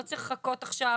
לא צריך לחכות עכשיו